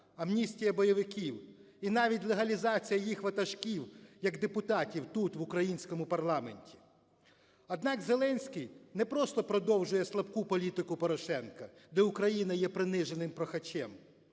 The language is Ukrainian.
амністія бойовиків і навіть легалізація їх ватажків як депутатів тут, в українському парламенті. Однак Зеленський не просто продовжує слабку політику Порошенка, де Україна є приниженим прохачем,